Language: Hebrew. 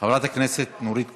חברת הכנסת נורית קורן,